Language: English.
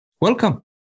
welcome